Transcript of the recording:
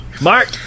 Mark